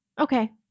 Okay